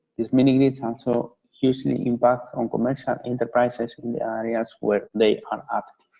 these mini-grids aren't so usually impact on commercial enterprises in the areas where they are active.